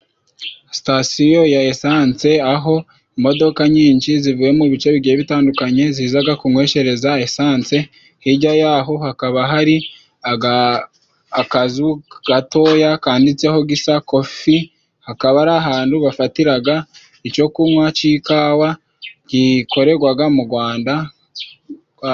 Sitasiyo ya esanse, aho imodoka nyinshi zivuye mu bice bigiye bitandukanye, zizaga kunweshereza esanse. Hirya y'aho hakaba hari akazu gatoya kanditseho 'Gisa Kofi', akaba ari ahantu bafatiraga icyo kunwa c'ikawa gikoregwaga mu Gwanda.